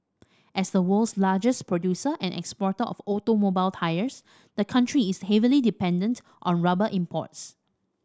as the world's largest producer and exporter of automobile tyres the country is heavily dependent on rubber imports